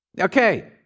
Okay